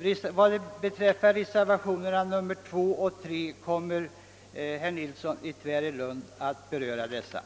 Reservationerna 2 och 3 kommer herr Nilsson i Tvärålund att tala om, och jag ber med det anförda att få yrka bifall även till reservationen 4.